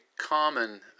common